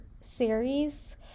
series